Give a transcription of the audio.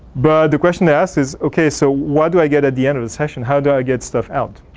but the question they asked is, okay. so, what do i get at the end of the session. how do i get stuff out?